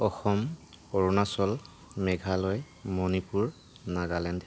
Assam Arunachal Meghalaya Manipur Nagaland